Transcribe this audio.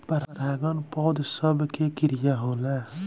परागन पौध सभ के क्रिया होला